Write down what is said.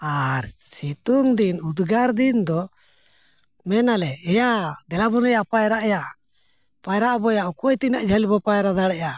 ᱟᱨ ᱥᱤᱛᱩᱝ ᱫᱤᱱ ᱩᱫᱽᱜᱟᱹᱨ ᱫᱤᱱ ᱫᱚ ᱢᱮᱱᱟᱞᱮ ᱮᱭᱟ ᱫᱮᱞᱟ ᱵᱚᱱ ᱭᱟ ᱯᱟᱭᱨᱟᱜ ᱭᱟ ᱯᱟᱭᱨᱟᱜ ᱟᱵᱚᱱᱭᱟ ᱚᱠᱚᱭ ᱛᱤᱱᱟᱹᱜ ᱡᱷᱟᱹᱞ ᱵᱚ ᱯᱟᱭᱨᱟ ᱫᱟᱲᱮᱭᱟᱜᱼᱟ